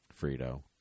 Frito